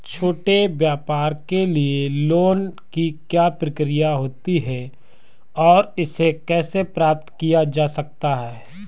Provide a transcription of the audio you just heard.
छोटे व्यापार के लिए लोंन की क्या प्रक्रिया होती है और इसे कैसे प्राप्त किया जाता है?